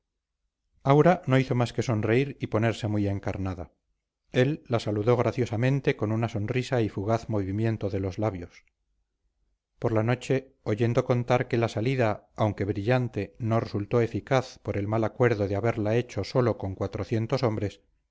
aura no hizo más que sonreír y ponerse muy encarnada él la saludó graciosamente con una sonrisa y fugaz movimiento de los labios por la noche oyendo contar que la salida aunque brillante no resultó eficaz por el mal acuerdo de haberla hecho sólo con cuatrocientos hombres